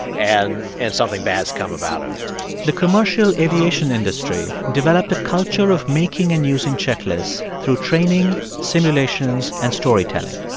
and and something bad's come up out of it the commercial aviation industry developed a culture of making and using checklists through training, simulations and storytelling.